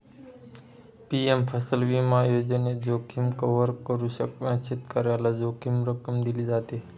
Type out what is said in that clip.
PM फसल विमा योजनेत, जोखीम कव्हर करून शेतकऱ्याला जोखीम रक्कम दिली जाते